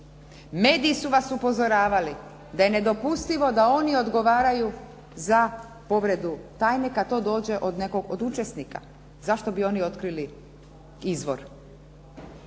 Mediji su vas upozoravali da je nedopustivo da oni odgovaraju za povredu tajne kad to dođe od učesnika. Zašto bi oni otkrili izvor?